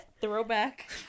Throwback